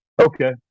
okay